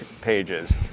pages